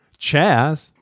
Chaz